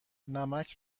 نمک